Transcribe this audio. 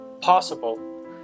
possible